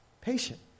Patient